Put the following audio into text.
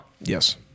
Yes